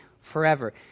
forever